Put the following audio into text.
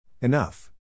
Enough